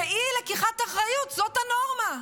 שאי-לקיחת אחריות היא הנורמה,